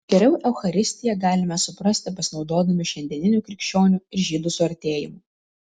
geriau eucharistiją galime suprasti pasinaudodami šiandieniniu krikščionių ir žydų suartėjimu